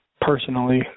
personally